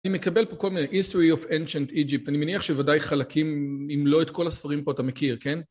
אני מקבל פה כל מיני, history of ancient Egypt, אני מניח שוודאי חלקים, אם לא את כל הספרים פה אתה מכיר, כן?